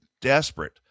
desperate